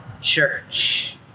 church